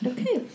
Okay